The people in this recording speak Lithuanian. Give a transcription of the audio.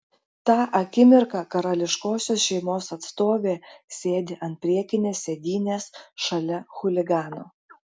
tą akimirką karališkosios šeimos atstovė sėdi ant priekinės sėdynės šalia chuligano